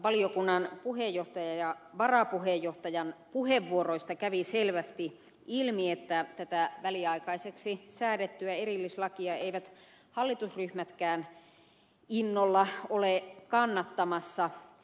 valiokunnan puheenjohtajan ja varapuheenjohtajan puheenvuoroista kävi selvästi ilmi että tätä väliaikaiseksi säädettyä erillislakia eivät hallitusryhmätkään innolla ole kannattamassa